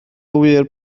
ŵyr